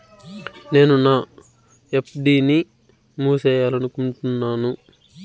నేను నా ఎఫ్.డి ని మూసేయాలనుకుంటున్నాను